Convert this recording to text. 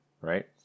right